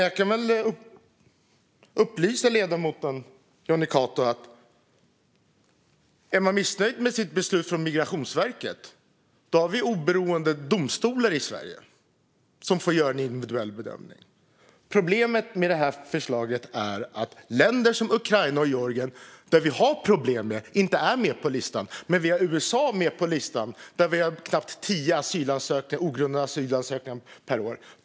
Jag kan upplysa ledamoten Jonny Cato om att vi har oberoende domstolar i Sverige som får göra en individuell bedömning om någon är missnöjd med sitt beslut från Migrationsverket. Problemet med det här förslaget är att länder som Ukraina och Georgien, som vi har problem med, inte är med på listan, medan däremot ett land som USA är med på listan. Från medborgare i USA får vi knappt tio ogrundade asylansökningar per år.